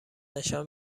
نشان